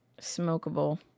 smokable